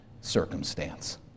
circumstance